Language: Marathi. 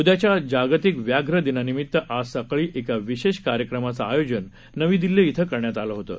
उद्याच्या जागतिक व्याघ्र दिनानिमित्त आज सकाळी एका विशेष कार्यक्रमाचं आयोजन नवी दिल्ली श्वें करण्यात आलं होतं